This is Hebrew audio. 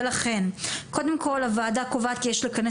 ולכן קודם כל הוועדה קובעת כי יש לכנס